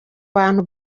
bantu